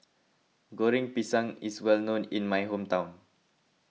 Goreng Pisang is well known in my hometown